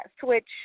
switch